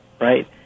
right